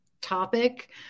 topic